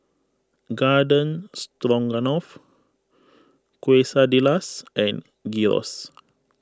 Garden Stroganoff Quesadillas and Gyros